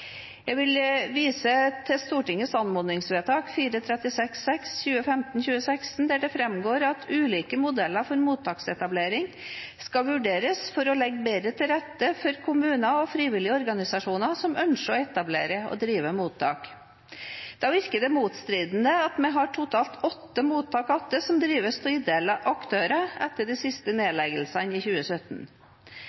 Jeg vil vise til Stortingets anmodningsvedtak 434:7 for 2015–2016, der det framgår at ulike modeller for mottaksetablering skal vurderes for å legge bedre til rette for kommuner og frivillige organisasjoner som ønsker å etablere og drive mottak. Da virker det motstridende at vi har totalt åtte mottak igjen som drives av ideelle aktører etter de siste